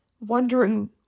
wondering